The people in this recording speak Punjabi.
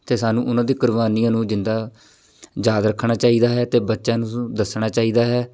ਅਤੇ ਸਾਨੂੰ ਉਹਨਾਂ ਦੀਆਂ ਕੁਰਬਾਨੀਆਂ ਨੂੰ ਜਿੰਦਾ ਯਾਦ ਰੱਖਣਾ ਚਾਹੀਦਾ ਹੈ ਅਤੇ ਬੱਚਿਆਂ ਨੂੰ ਦੱਸਣਾ ਚਾਹੀਦਾ ਹੈ